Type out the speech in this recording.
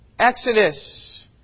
Exodus